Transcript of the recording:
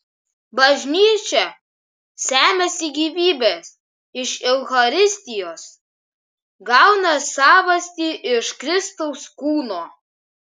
bažnyčia semiasi gyvybės iš eucharistijos gauną savastį iš kristaus kūno